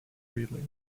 freely